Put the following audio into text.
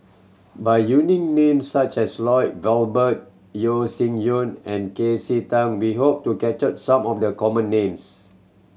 by using names such as Lloyd Valberg Yeo Shih Yun and K C Tang we hope to capture some of the common names